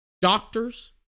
doctors